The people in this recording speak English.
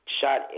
shot